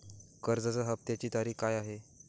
कर्जाचा हफ्त्याची तारीख काय आहे?